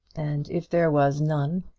and if there was none,